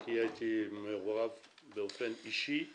כי הייתי מעורב באופן אישי בהצעה.